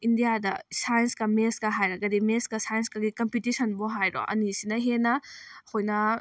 ꯏꯟꯗꯤꯌꯥꯗ ꯁꯥꯏꯟꯁꯀꯥ ꯃꯦꯠꯁꯀꯥ ꯍꯥꯏꯔꯒꯗꯤ ꯃꯦꯠꯁꯀꯥ ꯁꯥꯏꯟꯁꯀꯒꯤ ꯀꯝꯄꯤꯇꯤꯁꯟꯕꯨ ꯍꯥꯏꯔꯣ ꯑꯅꯤꯁꯤꯅ ꯍꯦꯟꯅ ꯑꯩꯈꯣꯏꯅ